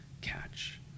catch